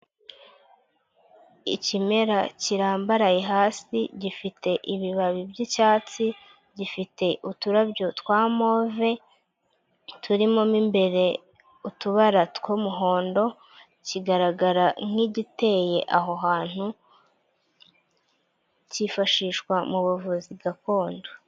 Ikimera kirambaraye hasi gifite ibibabi byicyatsi, gifite uturabyo twa move turimomo imbere utubara twumuhondo, kigaragara nk'igiteye aho hantu, cyifashishwa mu buvuzi gakondo.